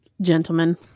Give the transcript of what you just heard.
gentlemen